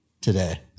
today